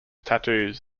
tattoos